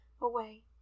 away